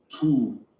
two